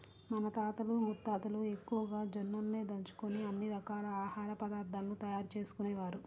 మన తాతలు ముత్తాతలు ఎక్కువగా జొన్నలనే దంచుకొని అన్ని రకాల ఆహార పదార్థాలను తయారు చేసుకునేవారు